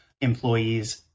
employees